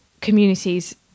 communities